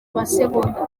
masegonda